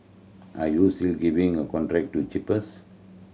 are you still giving a contract to cheapest